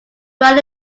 brown